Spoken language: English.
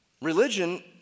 religion